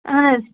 اہن حظ